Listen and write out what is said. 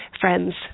friends